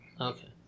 Okay